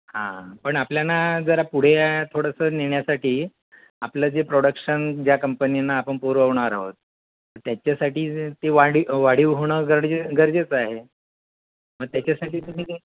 हां पण आपल्या ना जरा पुढे थोडंसं नेण्यासाठी आपलं जे प्रॉडक्शन ज्या कंपनींना आपण पुरवणार आहोत त्याच्यासाठी ते वाडी वाढीव होणं गरजे गरजेचं आहे मग त्याच्यासाठी तुम्ही काही